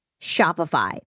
Shopify